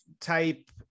type